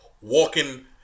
walking